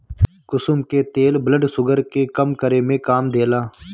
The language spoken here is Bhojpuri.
कुसुम के तेल ब्लड शुगर के कम करे में काम देला